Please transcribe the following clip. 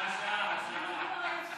זו השעה, השעה.